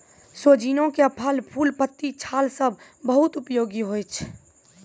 सोजीना के फल, फूल, पत्ती, छाल सब बहुत उपयोगी होय छै